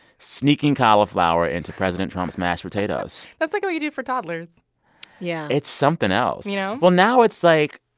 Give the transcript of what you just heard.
sneaking cauliflower into president trump's mashed potatoes that's, like, what you do for toddlers yeah it's something else you know? well, now it's like,